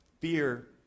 Fear